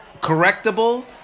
correctable